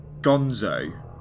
Gonzo